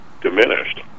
diminished